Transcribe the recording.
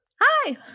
Hi